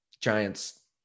Giants